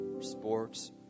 sports